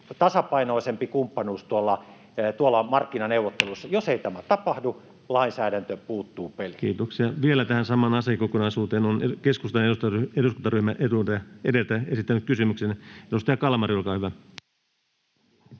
tasapainoisempi kumppanuus tuolla markkinaneuvotteluissa — jos ei tämä tapahdu, lainsäädäntö puuttuu peliin. Vielä tähän samaan asiakokonaisuuteen on keskustan eduskuntaryhmä esittänyt kysymyksen. — Edustaja Kalmari, olkaa hyvä.